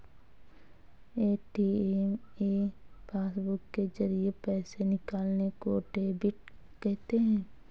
ATM या passbook के जरिये पैसे निकालने को डेबिट कहते हैं